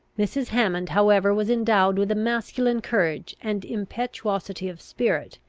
mrs. hammond, however, was endowed with a masculine courage and impetuosity of spirit,